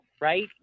right